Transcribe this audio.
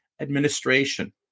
administration